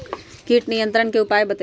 किट नियंत्रण के उपाय बतइयो?